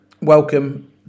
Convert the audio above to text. welcome